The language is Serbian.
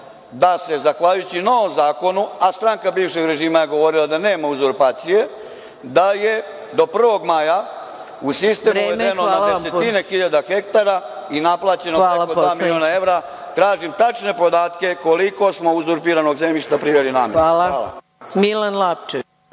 da se zahvaljujući novom zakonu, a stranka bivšeg režima je govorila da nema uzurpacije, da je do 1. maja u sistem uvedeno na desetine hiljada hektara i naplaćeno oko dva miliona evra. Tražim tačne podatke koliko smo uzurpiranog zemljišta priveli nama? **Maja Gojković**